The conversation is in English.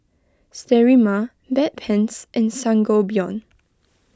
Sterimar Bedpans and Sangobion